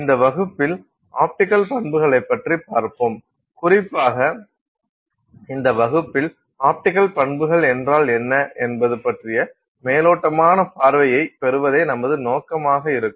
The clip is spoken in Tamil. இந்த வகுப்பில் ஆப்டிக்கல் பண்புகளைப்பற்றி பார்ப்போம் குறிப்பாக இந்த வகுப்பில் ஆப்டிக்கல் பண்புகள் என்றால் என்ன என்பது பற்றிய மேலோட்டமான பார்வையை பெறுவதே நமது நோக்கமாக இருக்கும்